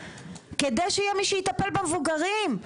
כדי שיהיה מי שיטפל במבוגרים.